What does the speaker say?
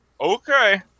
Okay